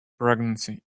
pregnancy